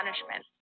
punishment